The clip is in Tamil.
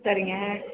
சரிங்க